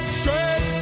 straight